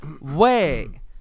Wait